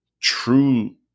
true